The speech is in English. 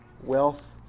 wealth